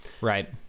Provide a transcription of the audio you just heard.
right